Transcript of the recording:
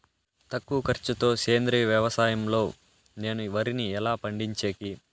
తక్కువ ఖర్చు తో సేంద్రియ వ్యవసాయం లో నేను వరిని ఎట్లా పండించేకి?